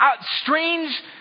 strange